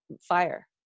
fire